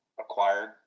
acquired